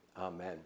Amen